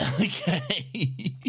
Okay